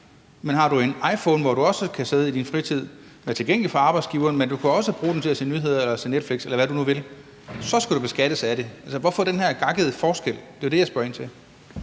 Men har du en iPhone, hvor du er tilgængelig for arbejdsgiveren, men som du også kan bruge i din fritid til at se nyheder eller Netflix, eller hvad du vil, så skal du beskattes af det. Hvorfor er der den her gakkede forskel? Det er det, jeg spørger ind til.